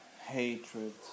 hatred